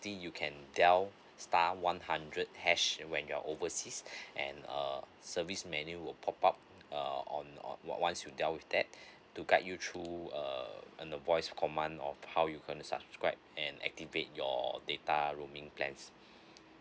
you can dial star one hundred hash when you're overseas and err service menu will pop up err on on once you dialed with that to guide you through err on the voice command of how you going to subscribe and activate your data roaming plans